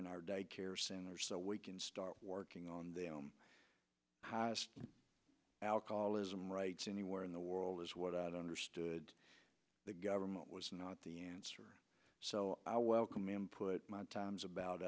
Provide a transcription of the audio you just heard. in our daycare center so we can start working on them highest alcoholism rights anywhere in the world is what out under stood the government was not the answer so i welcome him put my time's about